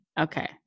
Okay